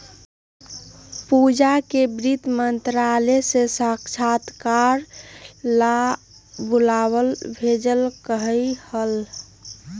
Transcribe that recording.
पूजा के वित्त मंत्रालय से साक्षात्कार ला बुलावा भेजल कई हल